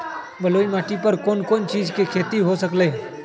बलुई माटी पर कोन कोन चीज के खेती हो सकलई ह?